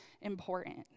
important